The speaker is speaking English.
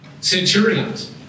Centurions